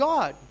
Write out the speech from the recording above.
God